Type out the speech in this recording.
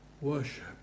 worship